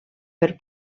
per